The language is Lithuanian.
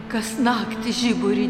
kas naktį žiburį